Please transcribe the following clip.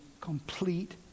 complete